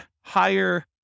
higher